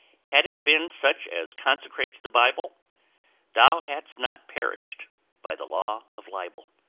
had it been such as consecrates the bible thou hadst not perished by the law of libel.